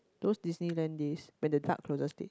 those Disneyland days when the dark closure stated